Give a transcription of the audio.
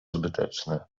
zbyteczne